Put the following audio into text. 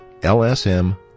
LSM